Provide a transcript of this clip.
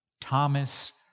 Thomas